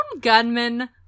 gunman